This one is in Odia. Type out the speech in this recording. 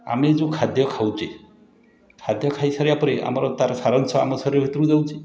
ଆମେ ଯେଉଁ ଖାଦ୍ୟ ଖାଉଛେ ଖାଦ୍ୟ ଖାଇସାରିବା ପରେ ଆମର ତାର ସାରାଂଶ ଆମ ଶରୀରର ଭିତରକୁ ଯାଉଛି